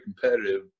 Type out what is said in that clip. competitive